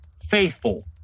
faithful